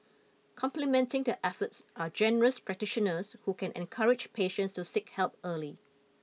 complementing their efforts are general practitioners who can encourage patients to seek help early